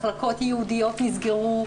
מחלקות ייעודיות נסגרו,